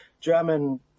German